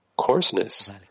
coarseness